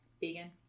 Vegan